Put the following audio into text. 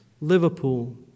Liverpool